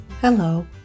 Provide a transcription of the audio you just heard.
Hello